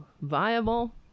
viable